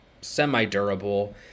semi-durable